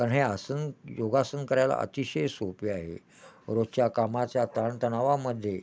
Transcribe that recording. कारण आसन योगासन करायला अतिशय सोपी आहे रोजच्या कामाच्या ताणतणावामध्ये